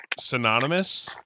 synonymous